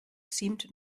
seemed